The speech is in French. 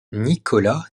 nicola